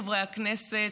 חברי הכנסת,